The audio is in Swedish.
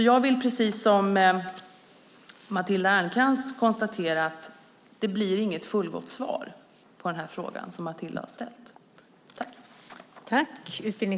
Jag vill precis som Matilda Ernkrans konstatera att det inte blir något fullgott svar på frågan.